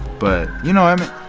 but you know, i mean,